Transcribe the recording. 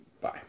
Bye